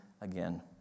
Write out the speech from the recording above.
again